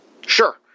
Sure